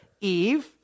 Eve